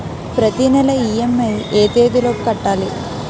ప్రతినెల ఇ.ఎం.ఐ ఎ తేదీ లోపు కట్టాలి?